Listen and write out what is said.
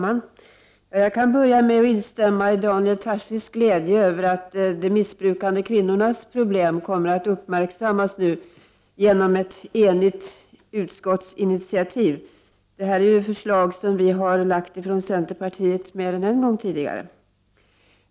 Fru talman! Jag kan börja med att instämma i Daniel Tarschys glädje över 14 december 1989 att de missbrukande kvinnornas problem kommer att uppmärksammas ge= = nom ett enigt utskotts initiativ. Det här är förslag som vi från centerpartiet har lagt fram mer än en gång tidigare.